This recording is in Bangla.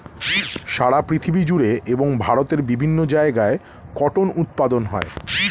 সারা পৃথিবী জুড়ে এবং ভারতের বিভিন্ন জায়গায় কটন উৎপাদন হয়